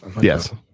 yes